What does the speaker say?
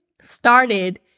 started